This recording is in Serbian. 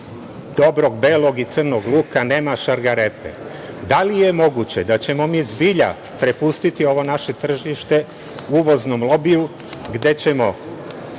dobrog belog i crnog luka, nema šargarepe. Da li je moguće da ćemo mi zbilja prepustiti ovo naše tržište uvoznom lobiju gde ćemo